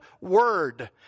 word